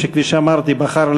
אתה מכיר את כל הכלים הפרלמנטריים.